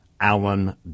Alan